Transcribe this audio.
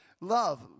love